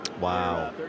Wow